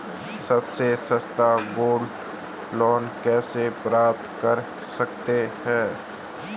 सबसे सस्ता gold loan कैसे प्राप्त कर सकते हैं?